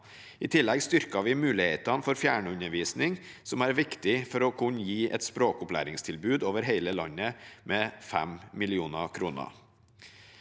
I tillegg styrker vi mulighetene for fjernundervisning, som er viktig for å kunne gi et språkopplæringstilbud over hele landet, med 5 mill. kr.